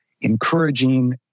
encouraging